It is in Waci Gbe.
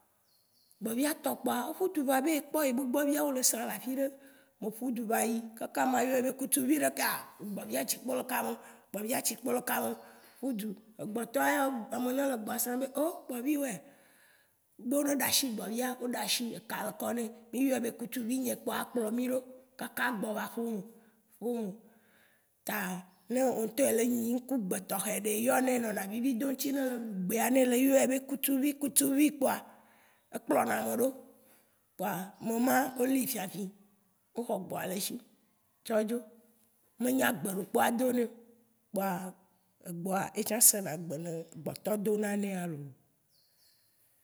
Gbovia tɔ kpoa, eƒudzu va be ye kpɔ yebe gbɔvia ole sa le afiɖe. Me fudzu va yi kaka ma yɔe be kutuvi ɖekea, gbɔvia tsikpo le kame, gbɔvia tsikpo le kame, ƒudzu. Egbɔtɔa, ameyi ne le gbɔ sa be oh! gbɔviwo yea, be wone ɖasi gbɔvia, wo ɖasi ka le kɔne mí yɔe be kutuvi kpoa, ekplɔ mido kaka gbɔva aƒeme ƒeme. Ta, ne wo ŋ'tɔ olee nyi nu ku gbe tɔxe ɖe eyɔnɛ nɔna vivi do ŋ'tsi Ne ele ɖu gbea, ne wo yɔne: kutuvi kutuvi kpoa, ekplɔna medo, kpoa, mema, wòli fiafi. Wo xɔ gbɔa le si tso dzo. Me nya gbe ɖekpoa adone. Kpoa egbɔa, etsã sena gbe ne gbɔtɔ dona ne loo.